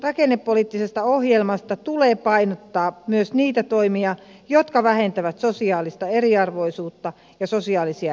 rakennepoliittisessa ohjelmassa tulee painottaa myös niitä toimia jotka vähentävät sosiaalista eriarvoisuutta ja sosiaalisia epäkohtia